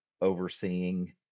overseeing